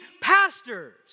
pastors